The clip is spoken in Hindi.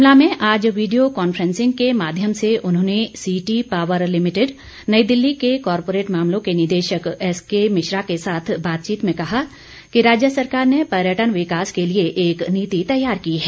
शिमला में आज वीडियो कांफ्रेंसिंग के माध्यम से उन्होंने सीटी पॉवर लिमिटेड नई दिल्ली के कोरपोरेट मामलों के निदेशक एसके मिश्रा के साथ बातचीत में कहा कि राज्य सरकार ने पर्यटन विकास के लिए एक नीति तैयार की है